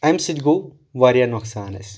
امہِ سۭتۍ گوٚو واریاہ نۄقصان اسہِ